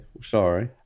Sorry